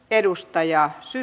edustaja syy